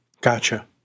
Gotcha